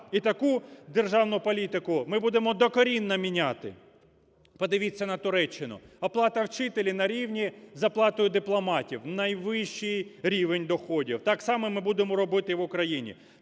І таку державну політику ми будемо докорінно міняти. Подивіться на Туреччину. Оплата вчителя на рівні з оплатою дипломатів, найвищий рівень доходів. Так само ми будемо робити і в Україні.